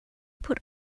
put